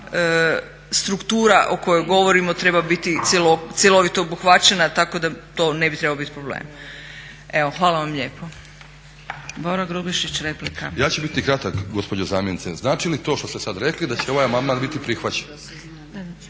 struktura o kooj govorimo treba biti cjelovito obuhvaćena, tako da to ne bi trebao biti problem. Evo hvala vam lijepo. **Zgrebec, Dragica (SDP)** Boro Grubišić, replika. **Grubišić, Boro (HDSSB)** Ja ću biti kratak gospođo zamjenice. Znači li to što ste sad rekli da će ovaj amandman biti prihvaćen?